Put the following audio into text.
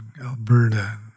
Alberta